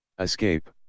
Escape